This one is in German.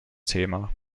thema